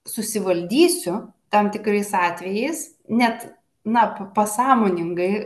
susivaldysiu tam tikrais atvejais net na pasąmoningai